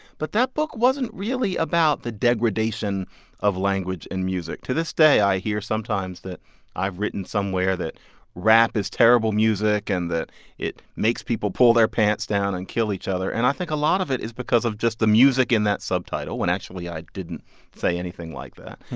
but that book wasn't really about the degradation of language in music. to this day, i hear sometimes that i've written somewhere that rap is terrible music and that it makes people pull their pants down and kill each other. and i think a lot of it is because of just the music in that subtitle, when actually i didn't say anything like that.